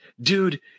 dude